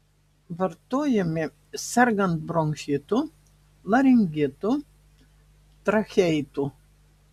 vartojami sergant bronchitu laringitu tracheitu